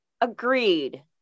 Agreed